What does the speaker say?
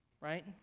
right